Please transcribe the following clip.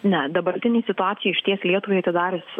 ne dabartinėj situacijoj išties lietuvai atidarius